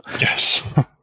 Yes